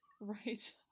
Right